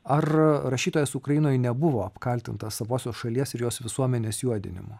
ar rašytojas ukrainoj nebuvo apkaltintas savosios šalies ir jos visuomenės juodinimu